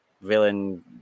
villain